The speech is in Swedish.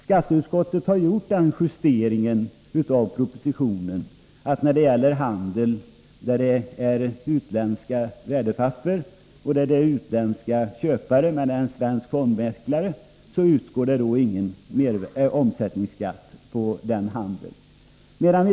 Skatteutskottet har gjort den justeringen av propositionens förslag att det inte skall utgå någon omsättningsskatt då det är fråga om handel med utländska värdepapper och då köparen är utländsk och fondmäklaren svensk.